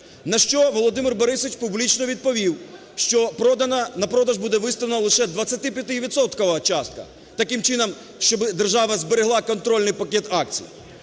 На що Володимир Борисович публічно відповів, що продана… на продаж буде виставлено лише 25-відсоткова частка таким чином, щоби держава зберегла контрольний пакет акцій.